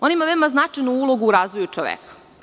Ona ima veoma značajnu ulogu u značaju čoveka.